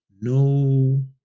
no